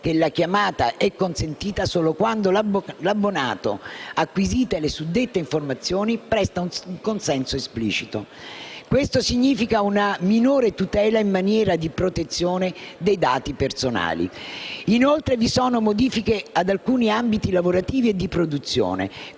che la chiamata è consentita solo quando l'abbonato, acquisite le suddette informazioni, presta un consenso esplicito. Questo significa una minore tutela in materia di protezione dei dati personali. Inoltre, vi sono modifiche ad alcuni ambiti lavorativi e di produzione,